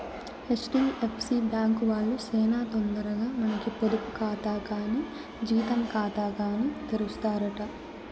HDFC bank వాల్లు సేనా తొందరగా మనకి పొదుపు కాతా కానీ జీతం కాతాగాని తెరుస్తారట